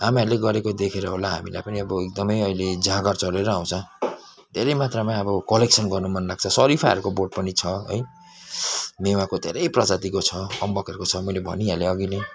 आमाहरूले गरेको देखेर होला हामीलाई पनि आबो एकदमै अहिले जाँगर चलेर आउँछ धेरै मात्रामा आबो कलेक्सन् गर्नु मन लाग्छ सरीफाहरूको बोट पनि छ है मेवाको धेरै प्रजातिको छ अम्बकहरूको छ मैले भनि हालेँ अघि नै